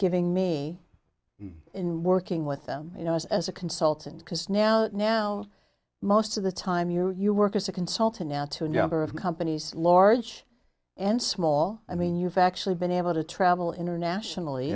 giving me in working with them you know us as a consultant because now now most of the time you you work as a consultant now to a number of companies large and small i mean you've actually been able to travel internationally